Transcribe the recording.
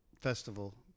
festival